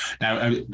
Now